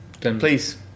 Please